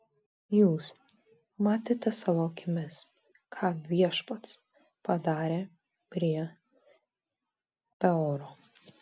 jūs matėte savo akimis ką viešpats padarė prie peoro